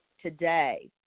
today